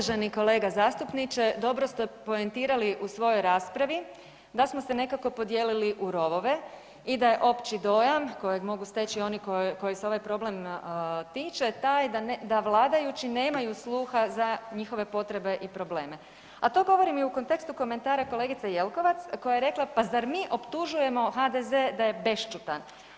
Uvaženi kolega zastupniče, dobro ste poentirali u svojoj raspravi da smo nekako podijelili u rovove i da je opći dojam kojeg mogu steći oni koje se ovaj problem tiče, taj da vladajući nemaju sluha za njihove potrebe i probleme a to govorim i u kontekstu komentara kolegice Jelkovac koja je rekla pa zar mi optužujemo HDZ da je bešćutan?